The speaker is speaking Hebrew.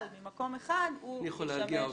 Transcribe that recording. ממקום אחד הוא ישמש --- אני יכול להרגיע אתכם.